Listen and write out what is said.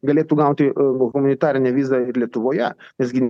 galėtų gauti humanitarinę vizą ir lietuvoje mes gi